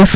F